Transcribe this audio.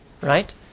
Right